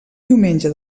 diumenge